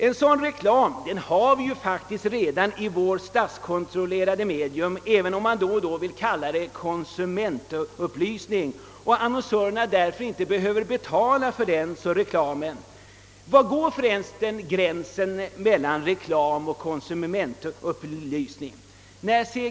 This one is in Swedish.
En sådan reklam förekommer ju redan i vårt statskontrollerade medium, även om man då och då kallar det konsumentupplysning och annonsörerna därför inte behöver betala för reklamen. Var går gränsen mellan reklam och konsumentupplysning? När C.